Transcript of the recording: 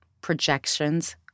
projections